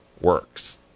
works